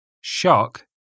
shock